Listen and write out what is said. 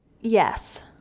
Yes